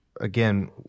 again